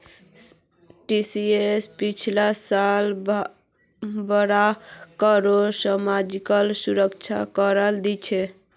TCS पिछला साल बारह करोड़ सामाजिक सुरक्षा करे दिल छिले